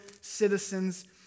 citizens